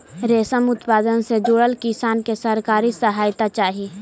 रेशम उत्पादन से जुड़ल किसान के सरकारी सहायता चाहि